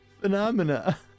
phenomena